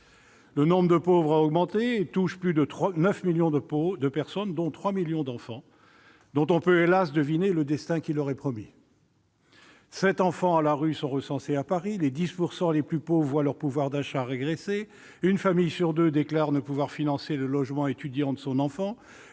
Le nombre de pauvres a augmenté et la pauvreté touche désormais plus de 9 millions de personnes, dont 3 millions d'enfants- on peut hélas ! deviner le destin qui leur est promis. Sept cents enfants à la rue sont recensés à Paris. Les 10 % les plus pauvres voient leur pouvoir d'achat régresser. Une famille sur deux déclare ne pouvoir financer le logement étudiant de son enfant.